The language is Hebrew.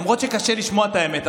למרות שקשה לשמוע את האמת.